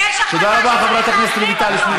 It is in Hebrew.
תודה רבה, חברת הכנסת רויטל סויד.